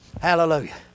Hallelujah